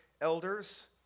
elders